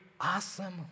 awesome